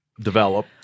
develop